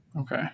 Okay